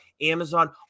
Amazon